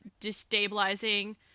destabilizing